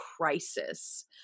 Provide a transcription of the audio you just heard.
crisis